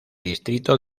distrito